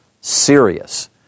serious